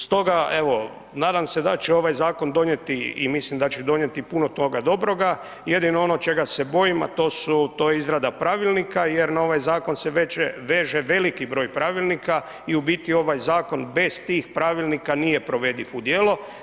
Stoga evo nadam se da će ovaj zakon donijeti i mislim da će donijeti puno toga dobroga jedino ono čega se bojim a to su, to je izrada pravilnika jer na ovaj zakon se već veže veliki broj pravilnika i u biti ovaj zakon bez tih pravilnika nije provediv u djelo.